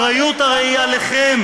הרי האחריות היא עליכם.